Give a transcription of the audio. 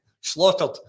slaughtered